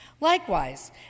Likewise